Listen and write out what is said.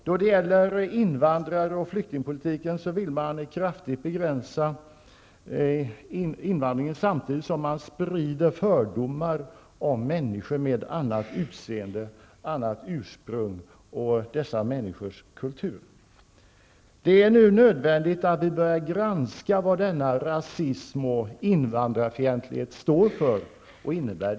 Då det gäller invandrar och flyktingpolitiken vill man kraftigt begränsa invandringen samtidigt som man sprider fördomar om människor med annat utseende och ursprung och dessa människors kultur. Det är nu nödvändigt att vi börjar granska vad denna rasism och invandrarfientlighet står för och innebär.